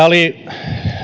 oli